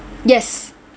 yes